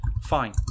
Fine